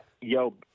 yo